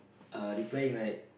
uh replying right